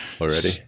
Already